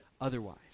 otherwise